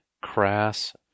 crass